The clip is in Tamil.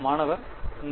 மாணவர் 4